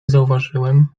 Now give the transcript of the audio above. zauważyłem